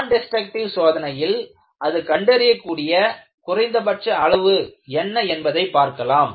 நான் டெஸ்ட்ரக்ட்டிவ் சோதனையில் அது கண்டறியக்கூடிய குறைந்தபட்ச அளவு என்ன என்பதை பார்க்கலாம்